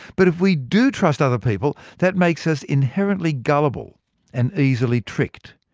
but if we do trust other people, that makes us inherently gullible and easily tricked.